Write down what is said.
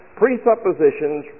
presuppositions